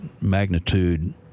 magnitude